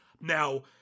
Now